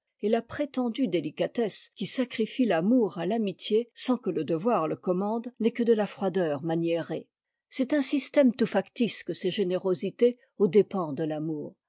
et la prétendue délicatesse qui sacrifie l'amour à l'amitié sans que le devoir le commande n'est que de la froideur maniérée c'est un système tout factice que ces générosités aux dépens de l'amour